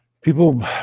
People